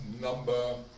number